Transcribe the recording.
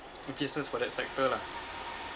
in for that sector lah